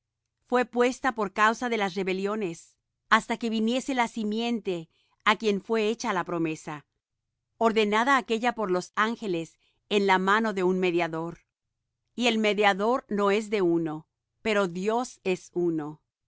fué puesta por causa de las rebeliones hasta que viniese la simiente á quien fué hecha la promesa ordenada aquélla por los ángeles en la mano de un mediador y el mediador no es de uno pero dios es uno